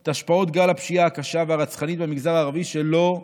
את השפעות גל הפשיעה הקשה והרצחנית במגזר הערבי שלא זוכה,